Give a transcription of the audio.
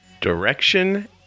Direction